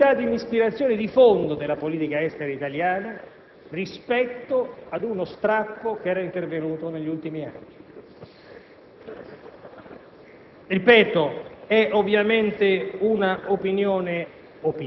Mi permetto di dubitare molto che i Governi democratici imperniati sull'alleanza tra la Democrazia Cristiana e il Partito socialista avrebbero approvato la teoria della guerra preventiva,